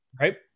Right